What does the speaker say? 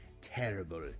terrible